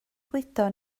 gludo